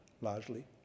largely